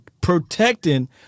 protecting